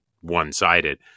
one-sided